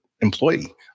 employee